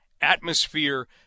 atmosphere